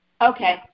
Okay